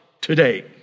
today